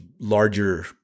larger